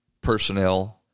personnel